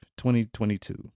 2022